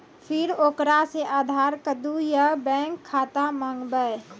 फिर ओकरा से आधार कद्दू या बैंक खाता माँगबै?